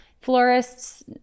Florists